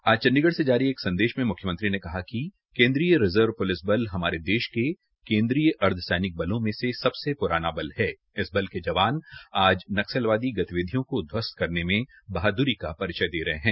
आज चंडीगढ़ सें जारी एक संदेश में मुख्यमंत्री ने कहा कि केन्द्रीय रिजर्व पुलिस बल हमारे देश के केन्द्रीय अर्धसैनिक बलों में से सबसे पुराना बल है इस बल के जवान नक्सलवादी गतिविधियों को घ्यस्त करने में भी बहादुरी का परिचय दे रहे है